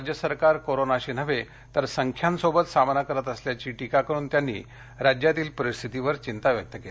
राज्य सरकार कोरोनाशी नव्हे तर संख्यांसोबत सामना करत असल्याची टिका करुन त्यांनी राज्यातील परिस्थितीवर चिंता व्यक्त केली